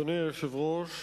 אדוני היושב-ראש,